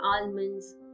almonds